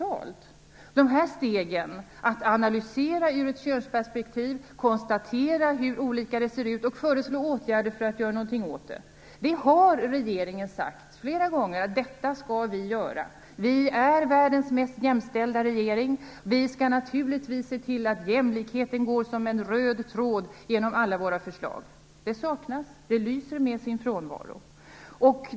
Regeringen har flera gånger sagt att den skall ta de här stegen - analysera ur ett könsperspektiv, konstatera hur olikheterna ser ut och föreslå åtgärder för att göra någonting åt dem. Man har sagt: Vi är värdens mest jämställda regering - vi skall naturligtvis se till att jämlikheten går som en röd tråd genom alla våra förslag. Men det saknas; det lyser med sin frånvaro.